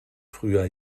früher